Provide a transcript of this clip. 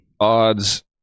Odds